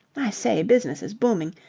i say, business is booming.